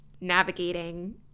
navigating